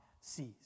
sees